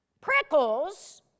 Prickles